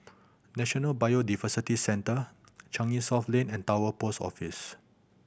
National Biodiversity Centre Changi South Lane and Towner Post Office